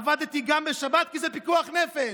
עבדתי גם בשבת כי זה פיקוח נפש".